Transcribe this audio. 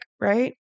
right